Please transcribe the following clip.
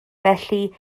felly